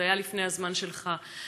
זה היה לפני הזמן שלך.